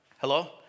Hello